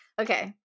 Okay